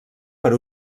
per